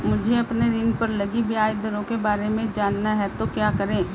मुझे अपने ऋण पर लगी ब्याज दरों के बारे में जानना है तो क्या करें?